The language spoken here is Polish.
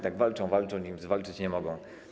Tak walczą, walczą i zwalczyć nie mogą.